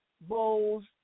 bowls